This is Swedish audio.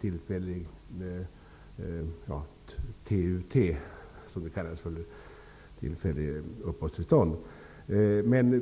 tillfälligt uppehållstillstånd .